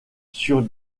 sur